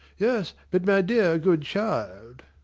yes, but my dear, good child